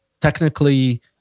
technically